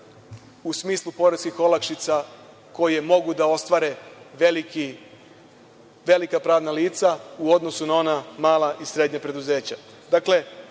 u smislu poreskih olakšica koje mogu da ostvare velika pravna lica u odnosu na ona mala i srednja preduzeća. Dakle,